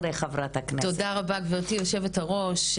רבה, גברתי יושבת הראש.